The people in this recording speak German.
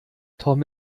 tom